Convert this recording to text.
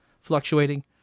fluctuating